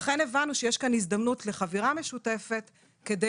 לכן הבנו שיש כאן הזדמנות לחבירה משותפת כדי